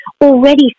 already